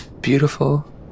beautiful